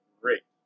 great